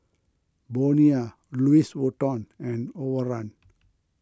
Bonia Louis Vuitton and Overrun